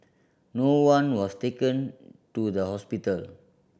no one was taken to the hospital